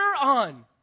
on